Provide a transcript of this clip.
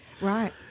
Right